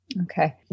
Okay